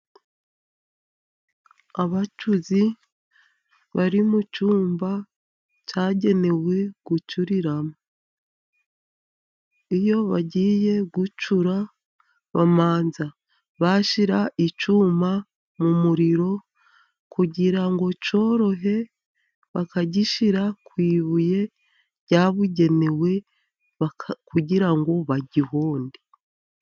Abacuzi bari mu cyumba cyagenewe gucuriramo. Iyo bagiye gucura, bamanza bashyira icyuma mu muriro kugira ngo cyorohe, bakagishyira ku ibuye ryabugenewe, kugira ngo bagihonde.